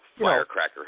firecracker